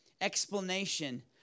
explanation